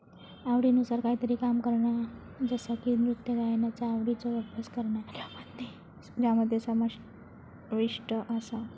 आवडीनुसार कायतरी काम करणा जसा की नृत्य गायनाचा आवडीचो अभ्यास करणा ज्यामध्ये समाविष्ट आसा